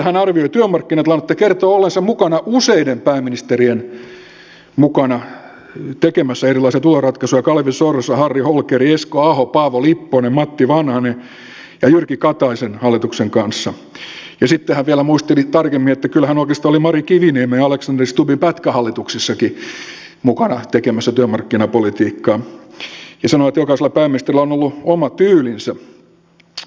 hän arvioi työmarkkinatilannetta kertoo olleensa mukana useiden pääministerien mukana tekemässä erilaisia tuloratkaisuja kalevi sorsan harri holkerin esko ahon paavo lipposen matti vanhasen ja jyrki kataisen hallituksen kanssa ja sitten hän vielä muisteli tarkemmin että kyllä hän oikeastaan oli mari kiviniemen ja alexander stubbin pätkähallituksissakin mukana tekemässä työmarkkinapolitiikkaa ja sanoi että jokaisella pääministerillä on ollut oma tyylinsä